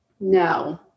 no